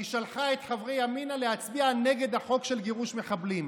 היא שלחה את חברי ימינה להצביע נגד החוק של גירוש מחבלים.